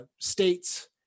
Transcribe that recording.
states